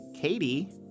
Katie